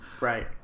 right